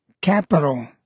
Capital